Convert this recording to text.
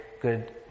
good